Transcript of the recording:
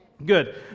Good